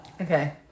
okay